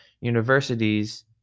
universities